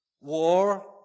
war